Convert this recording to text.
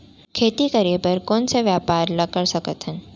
खेती करे बर कोन से व्यापार ला कर सकथन?